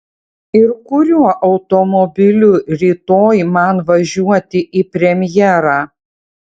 ir kuriuo automobiliu rytoj man važiuoti į premjerą